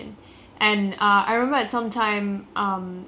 my dad I think requested a drink